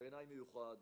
בעיניי מיוחד,